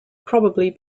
probably